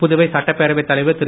புதுவை சட்டப்பேரவைத் தலைவர் திரு